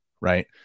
right